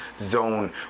zone